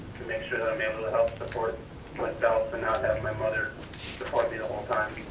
to make sure i'm able to help support myself and not have my mother support me the whole time.